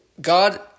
God